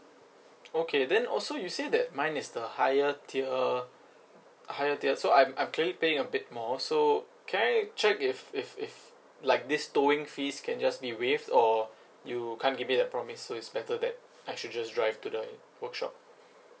okay then also you say that mine is the higher tier higher tier so I'm I'm clearly paying a bit more so can I check if if if like this towing fees can just be waived or you can't give me that promise so it's better that I should just drive to the workshop